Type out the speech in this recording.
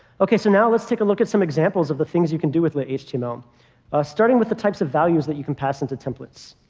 ok. so now, let's take a look at some examples of the things you can do with lit-html starting with the types of values that you can pass into templates.